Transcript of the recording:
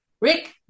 Rick